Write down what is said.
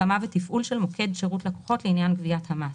הקמה ותפעול של מוקד שירות לקוחות לעניין גביית המס,